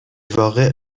واقع